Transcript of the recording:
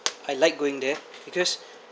I like going there because